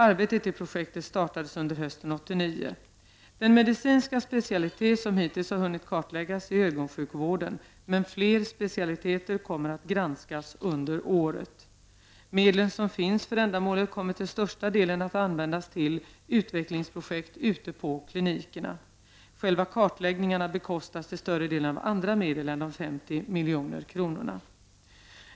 Arbetet i projektet startades under hösten 1989. Den medicinska specialitet som hitills har hunnit kartläggas är ögonsjukvården, men fler specialiteter kommer att granskas under året. Medlen som finns för ändamålet kommer till största delen att användas till utvecklingsprojekt ute på klinikerna. Själva kartläggningarna bekostas till en större del av andra medel än de 50 milj.kr.